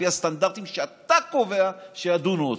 לפי הסטנדרטים שאתה קובע שידונו אותך.